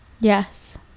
Yes